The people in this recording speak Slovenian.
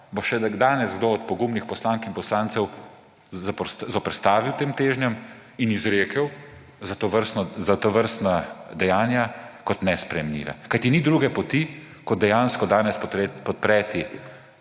da, še danes kdo od pogumnih poslank in poslancev zoperstavil, tem težnjam, in izrekel, da so tovrstna dejanja nesprejemljiva. Kajti ni druge poti, kot dejansko danes podpreti